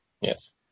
Yes